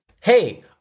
Hey